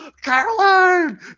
Carolyn